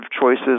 choices